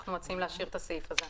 אנחנו מציעים להשאיר את הסעיף הזה.